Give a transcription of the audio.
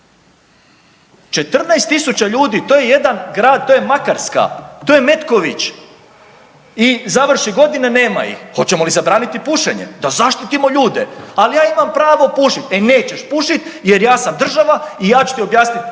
14.000 ljudi, to je jedan grad, to je Makarska, to je Metković i završi godina nema ih. Hoćemo li zabraniti pušenje da zaštitimo ljude, al ja imam pravo pušit, e nećeš pušit jer ja sam država i ja ću ti objasnit